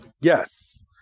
Yes